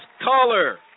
caller